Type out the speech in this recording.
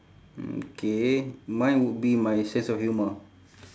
okay mine would be my sense of humour